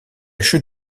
chute